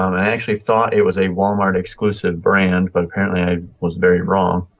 um i actually thought it was a walmart exclusive brand. but apparently i was very wrong.